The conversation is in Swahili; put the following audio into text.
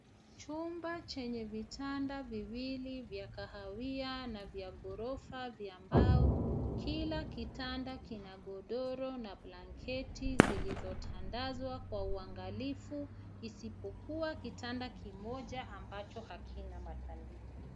Chumba chenye vitanda viwili vya kahawia na vya ghorofa vya mbao. Kila kitanda kina ghodoro na blanketi zilizotandazwa kwa uangalifu isipokuwa kitanda kimoja ambacho hakina matandiko.